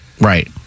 right